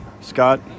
Scott